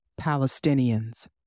Palestinians